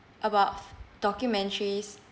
about documentaries